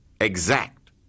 exact